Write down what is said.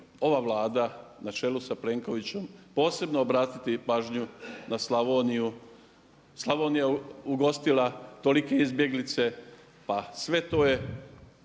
ova Vlada na čelu sa Plenkovićem posebno obratiti pažnju na Slavoniju. Slavonija je ugostila tolike izbjeglice pa sve to je